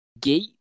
gate